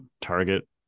target